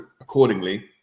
accordingly